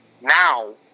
now